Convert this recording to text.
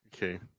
okay